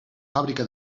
fàbrica